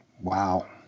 wow